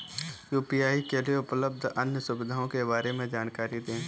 UPI के लिए उपलब्ध अन्य सुविधाओं के बारे में जानकारी दें?